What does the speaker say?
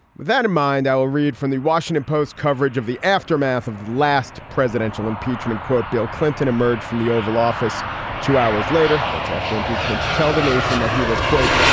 with that in mind, i will read from the washington post coverage of the aftermath of the last presidential impeachment. quote, bill clinton emerged from the oval office two hours later. that's after impeachment, to tell the nation that he was, quote,